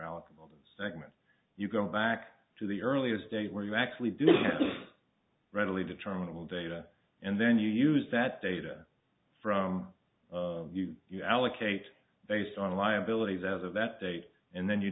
eligible to segment you go back to the earliest date where you actually do readily determinable data and then you use that data from you you allocate based on liabilities out of that date and then you